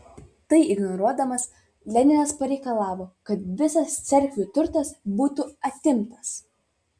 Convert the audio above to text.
tai ignoruodamas leninas pareikalavo kad visas cerkvių turtas būtų atimtas